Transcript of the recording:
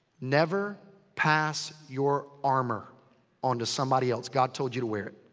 never pass your armor on to somebody else. god told you to wear it.